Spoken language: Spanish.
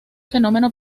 fenómeno